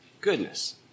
goodness